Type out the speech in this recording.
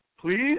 Please